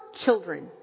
children